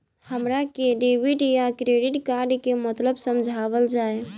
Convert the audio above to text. हमरा के डेबिट या क्रेडिट कार्ड के मतलब समझावल जाय?